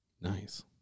Nice